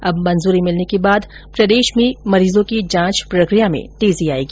अब मंजूरी मिलने के बाद प्रदेश में मरीजों की जांच प्रकिया में तेजी आयेगी